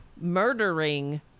murdering